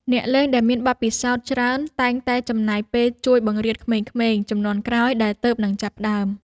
អ្នកលេងដែលមានបទពិសោធន៍ច្រើន តែងតែចំណាយពេលជួយបង្រៀនក្មេងៗជំនាន់ក្រោយដែលទើបនឹងចាប់ផ្ដើម។